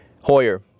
Hoyer